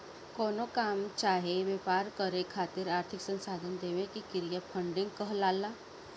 कवनो काम चाहे व्यापार करे खातिर आर्थिक संसाधन देवे के क्रिया फंडिंग कहलाला